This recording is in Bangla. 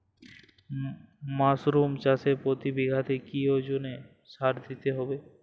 মাসরুম চাষে প্রতি বিঘাতে কি ওজনে সার দিতে হবে?